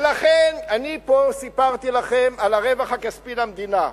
ולכן, אני סיפרתי לכם פה על הרווח הכספי למדינה,